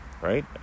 right